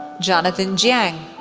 jonathan jiang,